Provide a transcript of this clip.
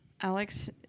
Alex